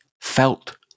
felt